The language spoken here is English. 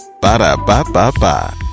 Ba-da-ba-ba-ba